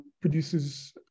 produces